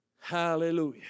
hallelujah